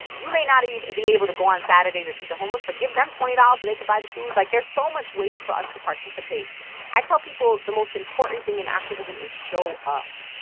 you may not be able to go on saturdays and feed the homeless, but give them twenty dollars so they could buy the food. like, there's so much ways for us to participate i tell people the most important thing in activism is show up.